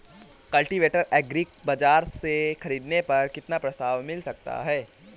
Cultivator को agri बाजार से ख़रीदने पर कितना प्रस्ताव मिल सकता है?